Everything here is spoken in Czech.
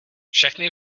všechny